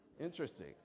Interesting